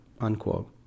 unquote